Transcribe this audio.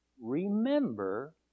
remember